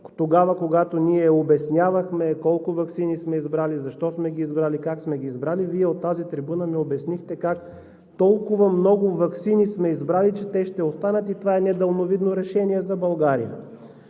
Тогава, когато ние обяснявахме колко ваксини сме избрали, защо сме ги избрали, как сме ги избрали, Вие от тази трибуна ми обяснихте как толкова много ваксини сме избрали, че те ще останат и това е недалновидно решение за България.